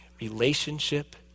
Relationship